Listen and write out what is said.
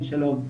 כן, שלום.